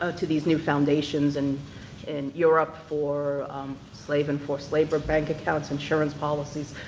ah to these new foundations and in europe for slaver and for slaver bank accounts, insurance policies,